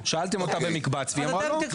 נכון, שאלתם אותה במקבץ והיא אמרה לא.